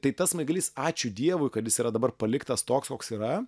tai tas smaigalys ačiū dievui kad jis yra dabar paliktas toks koks yra